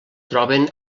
troben